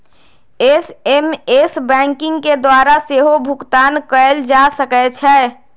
SMS banking के द्वारा सेहो भुगतान कएल जा सकै छै